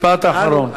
משפט אחרון.